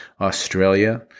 Australia